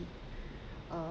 uh